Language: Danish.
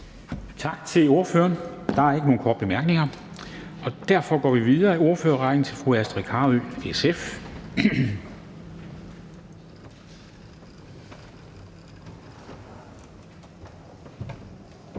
Tak til ordføreren. Der er ikke nogen korte bemærkninger, og derfor går vi videre i ordførerrækken til fru Astrid Carøe, SF.